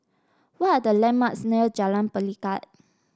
what are the landmarks near Jalan Pelikat